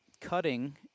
cutting